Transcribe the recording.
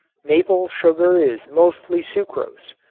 maple sugar is mostly sucrose.